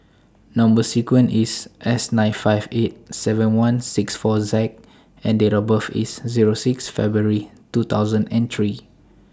Number sequence IS S nine five eight seven one six four Z and Date of birth IS Zero six February two thousand and three